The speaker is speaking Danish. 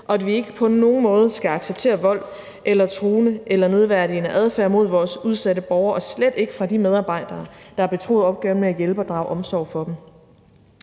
og at vi ikke på nogen måde skal acceptere vold, truende eller nedværdigende adfærd mod vores udsatte borgere, slet ikke fra de medarbejdere, der er betroet opgaven med at hjælpe og drage omsorg for dem.